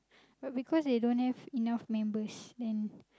but because they don't have enough members then